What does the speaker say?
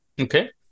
Okay